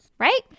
Right